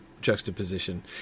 juxtaposition